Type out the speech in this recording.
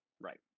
Right